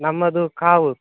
ನಮ್ಮದು ಕಾವೂರು